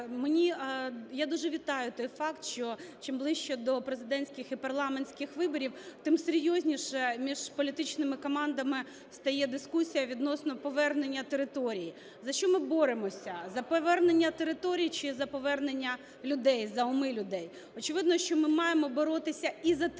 І дуже вітаю той факт, що чим ближче до президентських і парламентських виборів, тим серйозніше між політичними командами стає дискусія відносно повернення територій. За що ми боремося? За повернення територій чи за повернення людей, за уми людей? Очевидно, що ми маємо боротися і за території,